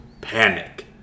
panic